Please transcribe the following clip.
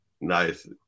Nice